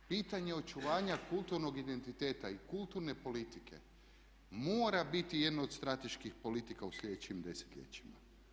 Pitanje očuvanja kulturnog identiteta i kulturne politike mora biti jedna od strateških politika u sljedećim desetljećima.